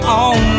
on